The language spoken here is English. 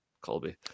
Colby